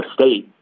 State